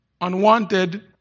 unwanted